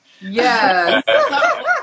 Yes